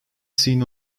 seen